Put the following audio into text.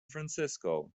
francisco